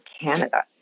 Canada